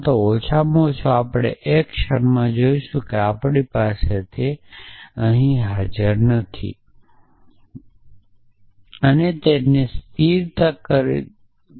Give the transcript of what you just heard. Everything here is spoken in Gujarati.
અથવા ઓછામાં ઓછું આપણે એક ક્ષણમાં જોશું કે જે આપણી પાસે નથી પરંતુ આપણે અગાઉ ચર્ચા કરી કે કેવી રીતે ગૌરવપૂર્ણ કાર્યોનો ઉપયોગ કરીને અસ્તિત્વમાં રહેલા ક્વોન્ટિફાયર્સને હેન્ડલ કરવું